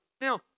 Now